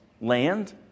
land